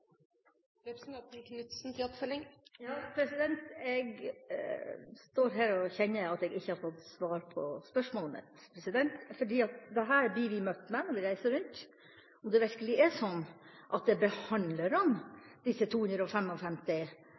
Jeg står her og kjenner at jeg ikke har fått svar på spørsmålet mitt, fordi dette er noe vi blir møtt med når vi reiser rundt: Er det virkelig sånn at det er behandlerne disse 255 mill. kr ekstra skal gå til – altså de private behandlerne – og